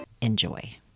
Enjoy